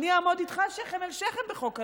אני אעמוד איתך שכם אל שכם בחוק הלאום.